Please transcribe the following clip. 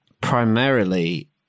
primarily